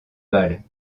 balles